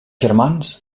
germans